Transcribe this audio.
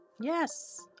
Yes